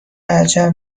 عجب